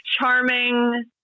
charming